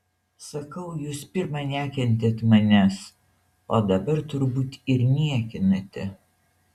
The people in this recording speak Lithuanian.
sakau jūs pirma nekentėt manęs o dabar turbūt ir niekinate